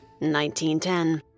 1910